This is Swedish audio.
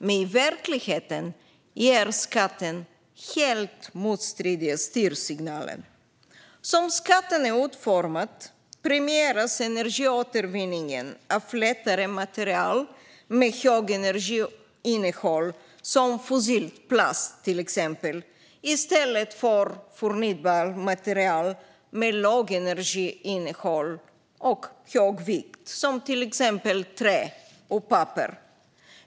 Men i verkligheten ger skatten helt motsatta styrsignaler. Som skatten är utformad premieras energiåtervinning av lättare material med högt energiinnehåll, som fossil plast, i stället för förnybart material med lågt energiinnehåll och låg vikt, som trä och papper.